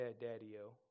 Daddy-o